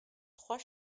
trois